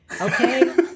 Okay